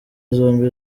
zombi